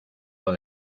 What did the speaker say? los